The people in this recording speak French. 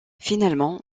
finalement